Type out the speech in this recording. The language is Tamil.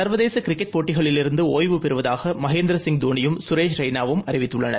சர்வதேசகிரிக்கெட் போட்டிகளிலிருந்துடிய்வு பெறுவதாகமகேந்திரசிங் தோனியும் சுரேஷ் ரெய்னாவும் அறிவித்துள்ளனர்